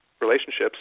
relationships